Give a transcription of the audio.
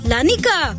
Lanika